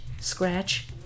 scratch